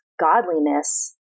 godliness